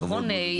נכון?